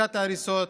הפסקת ההריסות,